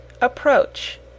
approach